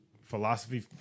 philosophy